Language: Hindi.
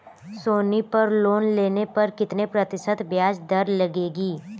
सोनी पर लोन लेने पर कितने प्रतिशत ब्याज दर लगेगी?